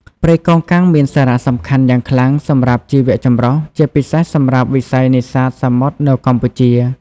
ព្រៃកោងកាងមានសារៈសំខាន់យ៉ាងខ្លាំងសម្រាប់ជីវចម្រុះ ជាពិសេសសម្រាប់វិស័យនេសាទសមុទ្រនៅកម្ពុជា។